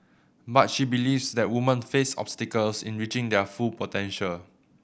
but she believes that women face obstacles in reaching their full potential